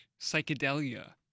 psychedelia